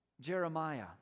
Jeremiah